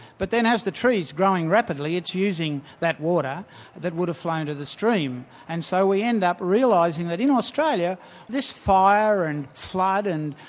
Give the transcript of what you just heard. but then as the tree is growing rapidly it's using that water that would've flown to the stream. and so we end up realising that in australia this fire and flood and,